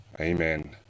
amen